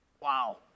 Wow